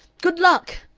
good luck!